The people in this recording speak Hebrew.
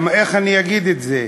איך אני אגיד את זה?